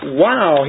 wow